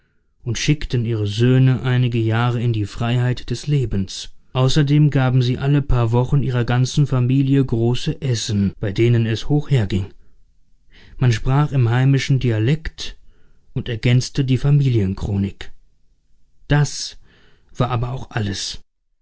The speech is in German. und schickten ihre söhne einige jahre in die freiheit des lebens außerdem gaben sie alle paar wochen ihrer ganzen familie große essen bei denen es hoch herging man sprach im heimischen dialekt und ergänzte die familienchronik das war aber auch alles